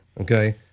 Okay